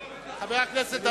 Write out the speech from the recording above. אתה בתפקיד עכשיו?